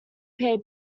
pay